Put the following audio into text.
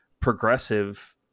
progressive